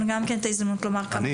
גם כן את ההזדמנות לומר מספר מלים.